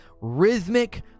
rhythmic